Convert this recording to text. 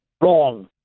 wrong